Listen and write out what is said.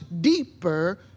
deeper